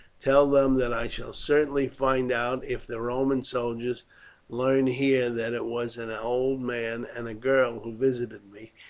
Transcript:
tell them that i shall certainly find out if the roman soldiers learn here that it was an old man and a girl who visited me,